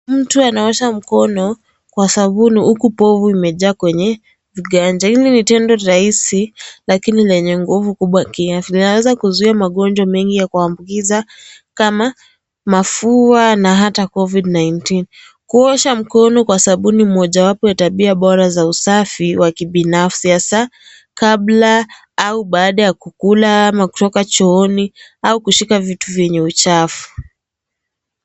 Mtu anaosha mikono kwa sabuni huku povu imejaa kwenye viganja hili ni tendo rahisi lakini lenye nguvu kubwa kiafya. Linaweza kuzuia magonjwa mengi ya kuambukiza kama mafua na hata COVID-19. Kuosha mikono kwa sabuni mojawapo ya tabia bora za usafi wa kibinafsi hasa kabla au baada ya kula ama kutoka chooni au kushika vitu vyenye uchafu.